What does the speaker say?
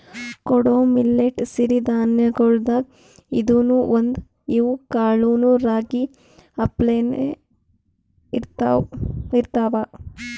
ಕೊಡೊ ಮಿಲ್ಲೆಟ್ ಸಿರಿ ಧಾನ್ಯಗೊಳ್ದಾಗ್ ಇದೂನು ಒಂದು, ಇವ್ ಕಾಳನೂ ರಾಗಿ ಅಪ್ಲೇನೇ ಇರ್ತಾವ